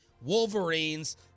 Wolverines